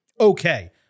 okay